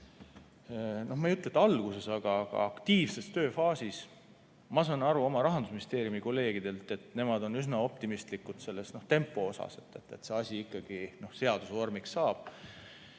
ma ei ütle, et alguses, aga aktiivses tööfaasis. Ma saan aru, et Rahandusministeeriumi kolleegid on üsna optimistlikud selle tempo üle, et see asi ikkagi seaduse vormi saab.